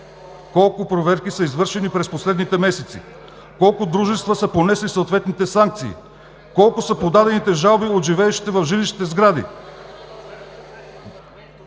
Колко проверки са извършени през последните месеци? Колко дружества са понесли съответните санкции? Колко са подадените жалби от живеещите в жилищните сгради?